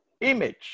image